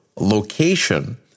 location